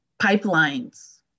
pipelines